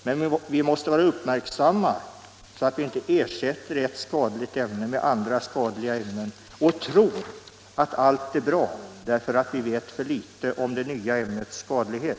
Men vi får inte ersätta ett skadligt ämne med andra skadliga ämnen och tro att allt är bra därför att vi vet för litet om de nya ämnenas skadlighet.